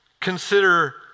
Consider